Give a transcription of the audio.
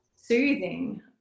soothing